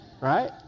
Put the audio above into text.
right